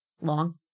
Long